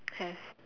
have